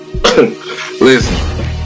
listen